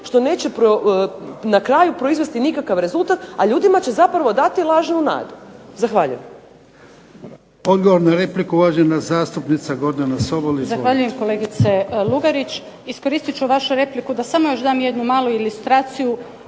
što neće na kraju proizvesti nikakav rezultat, a ljudima će zapravo dati lažnu nadu. Zahvaljujem. **Jarnjak, Ivan (HDZ)** Odgovor na repliku, uvažena zastupnica Gordana Sobol. Izvolite. **Sobol, Gordana (SDP)** Zahvaljujem, kolegice Lugarić. Iskoristit ću vašu repliku da samo još dam jednu malu ilustraciju